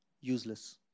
useless